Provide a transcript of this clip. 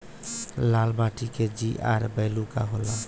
लाल माटी के जीआर बैलू का होला?